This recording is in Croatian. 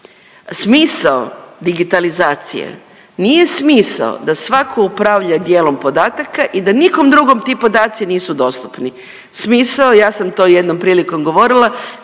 smisao digitalizacije nije smisao da svako upravlja dijelom podataka i da nikom drugom ti podaci nisu dostupni. Smisao je, ja sam to jednom prilikom govorila